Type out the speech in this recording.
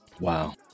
Wow